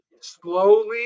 slowly